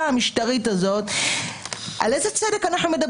שאני חושב שאולי הוא יותר נכון.